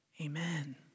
amen